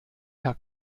herr